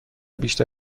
بیشتر